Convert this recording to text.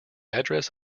address